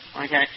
okay